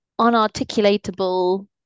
unarticulatable